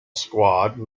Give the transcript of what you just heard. squad